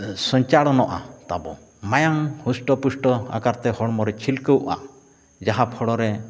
ᱥᱚᱧᱪᱟᱞᱚᱱᱚᱜᱼᱟ ᱛᱟᱵᱚ ᱢᱟᱭᱟᱝ ᱦᱚᱥᱴᱚ ᱯᱚᱥᱴᱚ ᱟᱠᱟᱨᱛᱮ ᱦᱚᱲᱢᱚ ᱨᱮ ᱪᱷᱤᱞᱠᱟᱹᱜᱼᱟ ᱡᱟᱦᱟᱸ ᱯᱷᱲᱳ ᱨᱮ